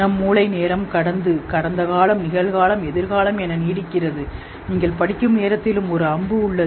நம் மூளை நீடிக்கிறது நேரம் கடந்து கடந்த காலம் நிகழ்காலம் எதிர்காலம் என நீங்கள் படிக்கும் நேரத்திலும் ஒரு அம்பு உள்ளது